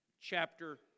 chapter